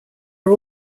are